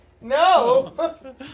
No